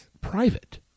private